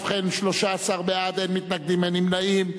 ובכן, 13 בעד, אין מתנגדים ואין נמנעים.